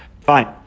Fine